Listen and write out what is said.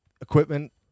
equipment